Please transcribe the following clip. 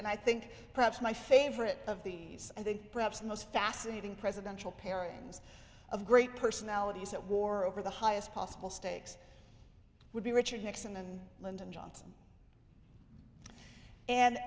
and i think perhaps my favorite of the i think perhaps the most fascinating presidential pairings of great personalities that war over the highest possible stakes would be richard nixon and lyndon johnson and